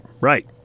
Right